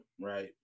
right